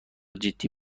جدی